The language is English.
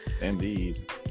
indeed